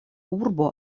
urbo